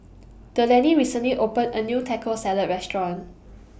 Delaney recently opened A New Taco Salad Restaurant